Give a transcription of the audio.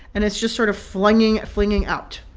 and it's just sort of flinging flinging out.